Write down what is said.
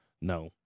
No